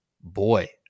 boy